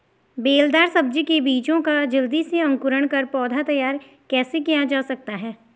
बेलदार सब्जी के बीजों का जल्दी से अंकुरण कर पौधा तैयार कैसे किया जा सकता है?